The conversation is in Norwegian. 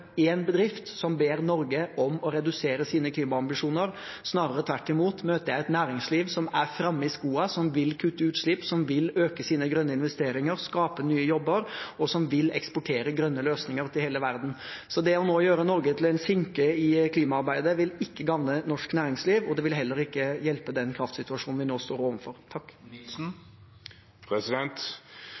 bedrift som ber Norge om å redusere sine klimaambisjoner – snarere tvert imot. Jeg møter et næringsliv som er framme i skoa, som vil kutte utslipp, som vil øke sine grønne investeringer, skape nye jobber, og som vil eksportere grønne løsninger til hele verden. Så nå å gjøre Norge til en sinke i klimaarbeidet vil ikke gagne norsk næringsliv, og det vil heller ikke hjelpe den kraftsituasjonen vi nå står